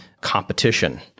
competition